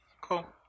Cool